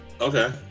Okay